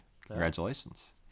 Congratulations